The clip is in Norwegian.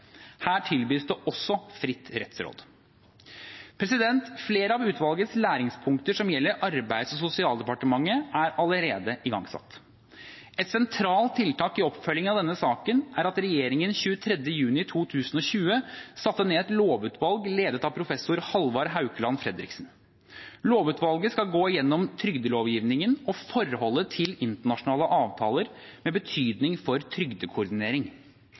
Her tilbys det også fritt rettsråd. Flere av utvalgets læringspunkter som gjelder Arbeids- og sosialdepartementet, er allerede igangsatt. Et sentralt tiltak i oppfølgingen av denne saken er at regjeringen 23. juni 2020 satte ned et lovutvalg, ledet av professor Halvard Haukeland Fredriksen. Lovutvalget skal gå gjennom trygdelovgivningen og forholdet til internasjonale avtaler med betydning for trygdekoordinering.